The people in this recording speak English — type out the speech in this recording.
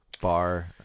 bar